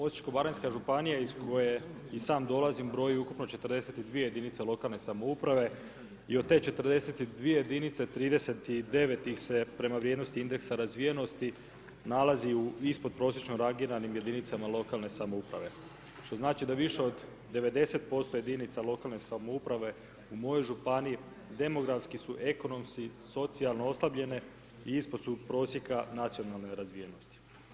Osječko-baranjska županija iz koje i sam dolazim brojim ukupno 42 jedinice lokalne samouprave i od te 42 jedinice 39 ih se prema vrijednosti indeksa razvijenosti nalazi u ispodprosječno rangiranim jedinicama lokalne samouprave, što znači da više od 90% jedinica lokalne samouprave u mojoj županiji demografski su ekonomski, socijalni oslabljenje i ispod su prosjeka nacionalne razvijenosti.